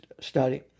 study